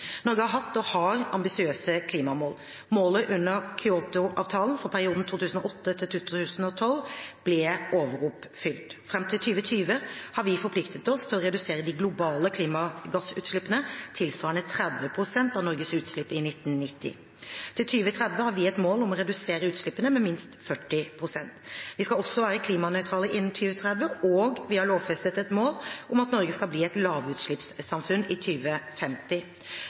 Norge har hatt og har ambisiøse klimamål. Målet under Kyotoavtalen for perioden 2008–2012 ble overoppfylt. Fram til 2020 har vi forpliktet oss til å redusere de globale klimagassutslippene tilsvarende 30 pst. av Norges utslipp i 1990. Til 2030 har vi et mål om å redusere utslippene med minst 40 pst. Vi skal også være klimanøytrale innen 2030, og vi har lovfestet et mål om at Norge skal bli et lavutslippssamfunn i